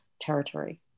territory